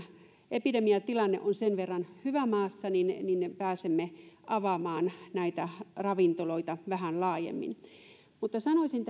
epidemiatilanne on sen verran hyvä maassa niin me pääsemme avaamaan näitä ravintoloita vähän laajemmin sanoisin